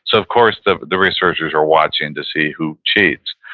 so of course, the the researchers were watching to see who cheats,